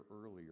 earlier